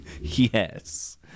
Yes